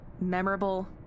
memorable